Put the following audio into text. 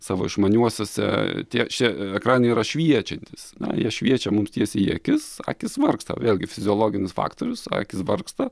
savo išmaniuosiuose tie šie ekranai yra šviečiantys jie šviečia mums tiesiai į akis akys vargsta vėlgi fiziologinis faktorius akys vargsta